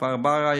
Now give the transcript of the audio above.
כפר-ברא,